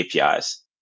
APIs